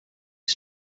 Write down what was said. his